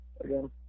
again